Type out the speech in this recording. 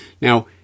Now